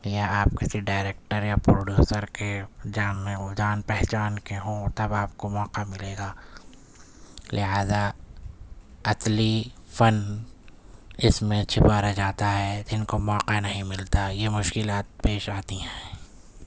یا آپ کسی ڈائریکٹر یا پروڈیوسر کے جان میں ہوں جان پہچان کے ہوں تب آپ کو موقع ملے گا لہٰذا اصلی فن اس میں چھپا رہ جاتا ہے جن کو موقع نہیں ملتا یہ مشکلات پیش آتی ہیں